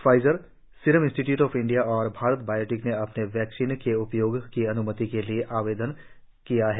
Pfizer Serum Institute of India और Bharat Biotech ने अपनी वैक्सीन के उपयोग की अन्मति के लिए आवेदन किया है